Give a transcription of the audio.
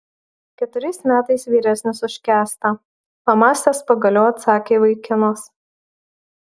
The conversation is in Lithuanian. keturiais metais vyresnis už kęstą pamąstęs pagaliau atsakė vaikinas